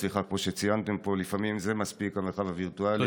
כמו שציינתם, לפעמים זה, המרחב הווירטואלי, מספיק.